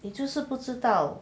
你就是不知道